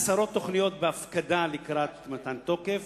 עשרות תוכניות בהפקדה לקראת מתן תוקף,